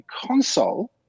console